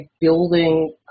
building